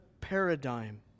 paradigm